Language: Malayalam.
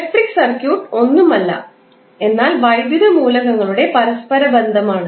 ഇലക്ട്രിക് സർക്യൂട്ട് ഒന്നുമല്ല എന്നാൽ വൈദ്യുത മൂലകങ്ങളുടെ പരസ്പര ബന്ധമാണ്